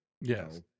Yes